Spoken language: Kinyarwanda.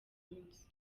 munsi